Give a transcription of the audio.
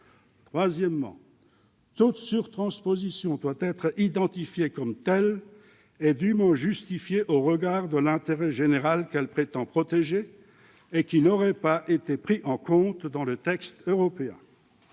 Troisièmement, toute surtransposition doit être identifiée comme telle et dûment justifiée au regard de l'intérêt général qu'elle prétend protéger et qui n'aurait pas été pris en compte dans le texte européen.